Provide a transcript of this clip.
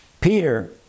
Peter